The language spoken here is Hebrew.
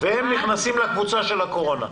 והם נכנסים לקבוצה של הקורונה.